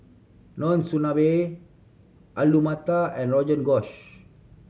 Monsunabe Alu Matar and Rogan Josh